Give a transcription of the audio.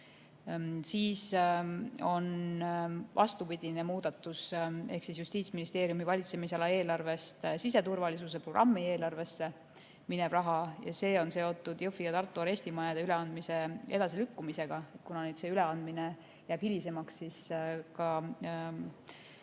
on vastupidine muudatus ehk Justiitsministeeriumi valitsemisala eelarvest siseturvalisuse programmi eelarvesse minev raha. See on seotud Jõhvi ja Tartu arestimajade üleandmise edasilükkumisega. Kuna üleandmine jääb hilisemaks, siis raha